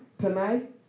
tonight